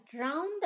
round